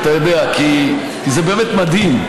כי זה באמת מדהים,